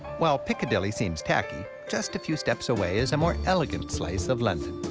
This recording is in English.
while piccadilly seems tacky, just a few steps away is a more elegant slice of london.